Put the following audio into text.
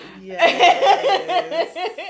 Yes